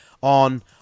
on